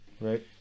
Right